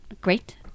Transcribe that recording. Great